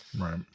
right